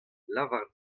lavar